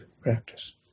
practice